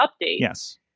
yes